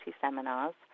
seminars